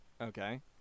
Okay